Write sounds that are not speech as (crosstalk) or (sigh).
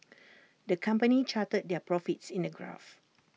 (noise) the company charted their profits in A graph